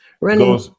running